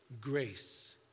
grace